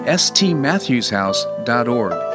stmatthewshouse.org